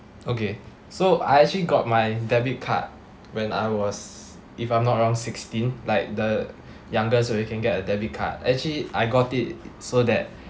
okay so I actually got my debit card when I was if I'm not wrong sixteen like the youngest when you can get a debit card actually I got it so that